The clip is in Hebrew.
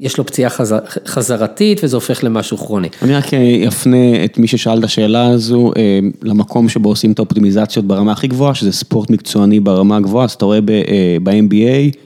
יש לו פציעה חזרתית וזה הופך למשהו כרוני. אני רק אפנה את מי ששאל את השאלה הזו למקום שבו עושים את האופטימיזציות ברמה הכי גבוהה, שזה ספורט מקצועני ברמה הגבוהה, אז אתה רואה ב-NBA.